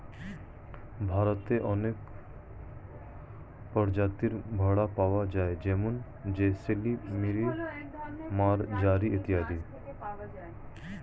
ভারতে অনেক প্রজাতির ভেড়া পাওয়া যায় যেমন জয়সলমিরি, মারোয়ারি ইত্যাদি